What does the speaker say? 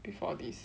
before this